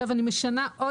כאן אני משנה את